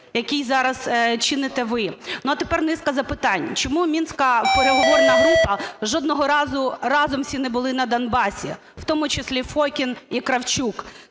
який зараз чините ви. Ну, а тепер низка запитань. Чому мінська переговорна група жодного разу разом всі не були на Донбасі, в тому числі Фокін і Кравчук?